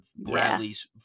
Bradley's